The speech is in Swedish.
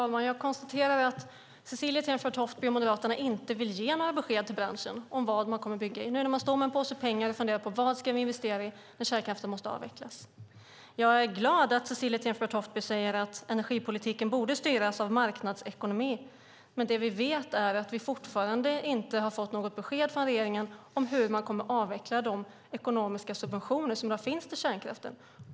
Fru talman! Jag konstaterar att Cecilie Tenfjord-Toftby och Moderaterna inte vill ge branschen besked om vad som kommer att byggas nu när man står med en påse pengar och funderar på vad det ska investeras i när kärnkraften måste avvecklas. Jag är glad över att Cecilie Tenfjord-Toftby säger att energipolitiken borde styras av marknadsekonomin. Men det vi vet är att vi fortfarande inte har fått något besked från regeringen om hur man kommer att avveckla de ekonomiska subventioner som i dag finns till kärnkraften.